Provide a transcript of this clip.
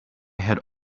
had